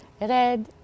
Red